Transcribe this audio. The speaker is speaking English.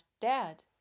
dad